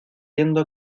yendo